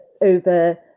over